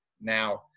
now